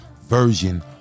version